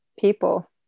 people